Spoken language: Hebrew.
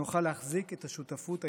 נוכל להחזיק את השותפות הישראלית.